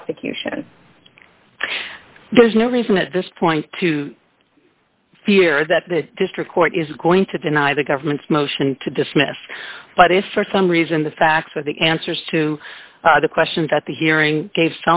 prosecution there's no reason at this point to fear that the district court is going to deny the government's motion to dismiss but if for some reason the facts with the answers to the questions at the hearing gave